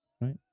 right